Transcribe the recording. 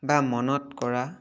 বা মনত কৰা